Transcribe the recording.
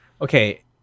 okay